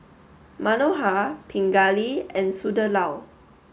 Manohar Pingali and Sunderlal